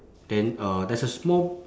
then uh there's a small